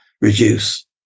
reduce